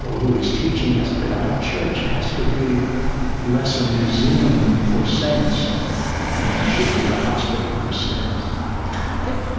who is teaching us that our church has to be less a museum for saints than it should be a hospital for sinners ok.